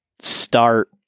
start